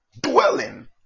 Dwelling